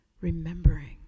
remembering